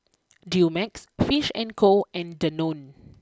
Dumex Fish and Co and Danone